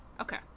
Okay